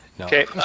Okay